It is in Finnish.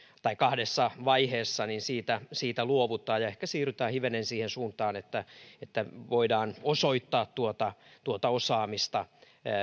tai kahdessa vaiheessa luovutaan ja ehkä siirrytään hivenen siihen suuntaan että että voidaan osoittaa tuota tuota osaamista